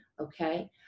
okay